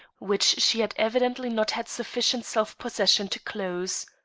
which she had evidently not had sufficient self-possession to close.